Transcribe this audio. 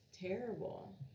terrible